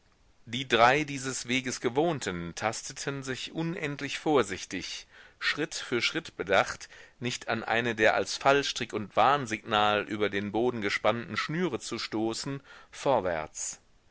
die drei dieses weges gewohnten tasteten sich unendlich vorsichtig schritt für schritt bedacht nicht an eine der als fallstrick und warnsignal über den boden gespannten schnüre zu stoßen vorwärts